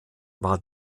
war